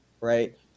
right